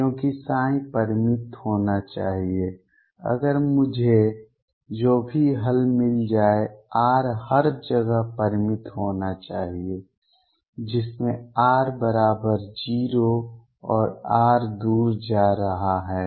क्योंकि ψ परिमित होना चाहिए अगर मुझे जो भी हल मिल जाए r हर जगह परिमित होना चाहिए जिसमें R बराबर 0 और r दूर जा रहा है